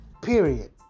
Period